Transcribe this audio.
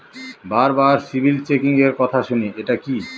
বারবার সিবিল চেকিংএর কথা শুনি এটা কি?